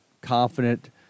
confident